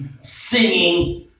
singing